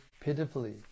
pitifully